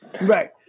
right